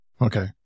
Okay